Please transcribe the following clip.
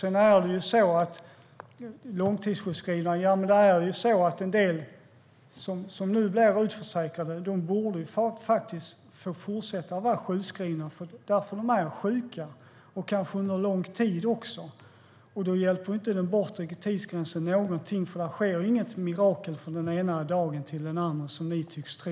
En del av dem som nu blir utförsäkrade borde faktiskt få fortsätta att vara sjukskrivna därför att de är sjuka, kanske också under lång tid. Då hjälper inte den bortre tidsgränsen, för det sker inte något mirakel från den ena dagen till den andra som ni tycks tro.